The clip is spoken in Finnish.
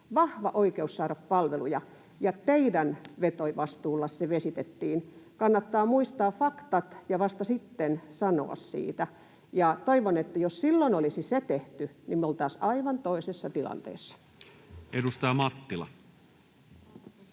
vahva oikeus saada palveluja, ja teidän vetovastuullanne se vesitettiin. Kannattaa muistaa faktat ja vasta sitten sanoa niistä. Jos silloin olisi se tehty, niin me oltaisiin aivan toisessa tilanteessa. [Speech 183]